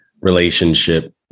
relationship